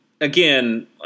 again